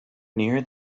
near